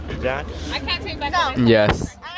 Yes